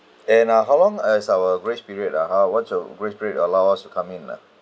and uh how long as our grace period ah uh what's your grace period allow us to come in lah